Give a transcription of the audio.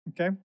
Okay